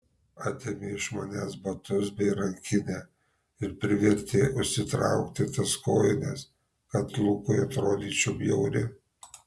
atėmė iš manęs batus bei rankinę ir privertė užsitraukti tas kojines kad lukui atrodyčiau bjauri